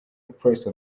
place